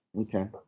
Okay